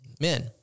Men